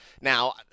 Now